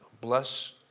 bless